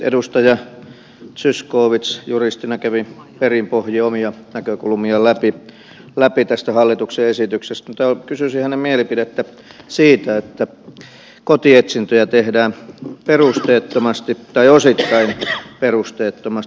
edustaja zyskowicz juristina kävi perin pohjin omia näkökulmiaan läpi tästä hallituksen esityksestä mutta kysyisin hänen mielipidettään siitä että kotietsintöjä tehdään perusteettomasti tai osittain perusteettomasti